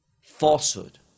falsehood